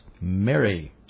Mary